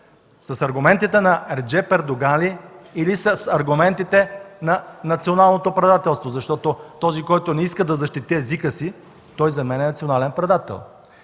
С аргументите на Реджеп Ердоган ли, или с аргументите на националното предателство, защото този, който не иска да защити езика си, за мен е национален предател?